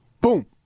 Boom